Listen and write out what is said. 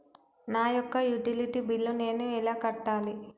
నా యొక్క utility bill నేను ఎలా కట్టాలి?